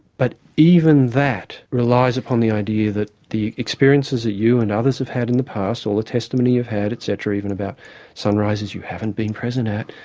but even that relies upon the idea that the experiences that you and others have had in the past, or the testimony you've had etc, about sunrises you haven't been present at,